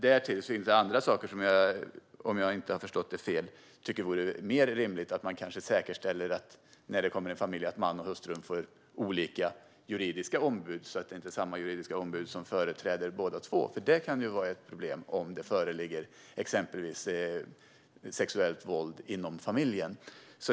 Därtill finns andra saker som, om jag inte har missförstått det hela, vore mer rimliga att göra, till exempel att säkerställa att mannen och hustrun får olika juridiska ombud när en familj kommer, så att inte samma juridiska ombud företräder båda två. Detta skulle nämligen kunna vara ett problem, exempelvis om sexuellt våld förekommer inom familjen.